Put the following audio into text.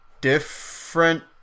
Different